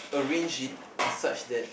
arrange it in such that